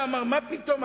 הוא נסע ואמר: מה פתאום?